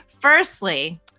Firstly